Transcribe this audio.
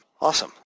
Awesome